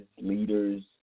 leaders